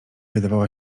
wydawała